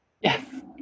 yes